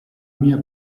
mia